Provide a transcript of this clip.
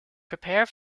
prepare